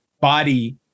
body